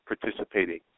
participating